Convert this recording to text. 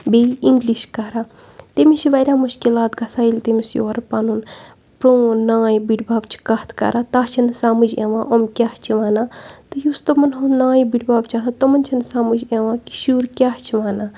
بیٚیہِ اِنٛگلِش کَران تٔمِس چھِ واریاہ مُشکِلات گژھان ییٚلہِ تٔمِس یورٕ پَنُن پرٛون نایہِ بٔڈبَب چھِ کَتھ کَران تَس چھِنہٕ سَمٕج یِوان یِم کیٛاہ چھِ وَنان تہٕ یُس تِمَن ہُنٛد نایہِ بٕڈبَب چھِ آسان تِمَن چھِنہٕ سَمٕج یِوان کہِ شُر کیٛاہ چھِ وَنان